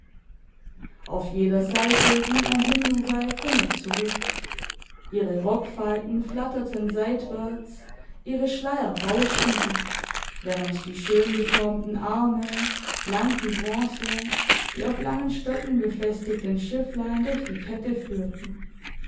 auf jeder seite ging ein hinduweib hin und zurück ihre rockfalten flatterten seitwärts ihre schleier bauschten sich während die schön geformten arme blank wie bronze die auf langen stöcken befestigten schifflein durch die kette führten